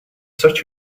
such